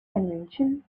convention